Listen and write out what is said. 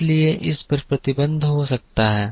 इसलिए इस पर प्रतिबंध हो सकता है